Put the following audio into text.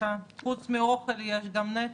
חוץ מאוכל יש גם נפש,